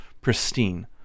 pristine